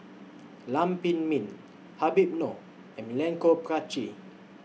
Lam Pin Min Habib Noh and Milenko Prvacki